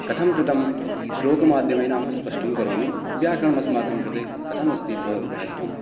कथं कृतं श्लोकमाध्यमेन अहं स्पष्टं करोमि व्याकरणमस्माकं कृते कथमस्ति बहु महत्वम्